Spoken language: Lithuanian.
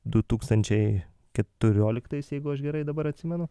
du tūkstančiai keturioliktais jeigu aš gerai dabar atsimenu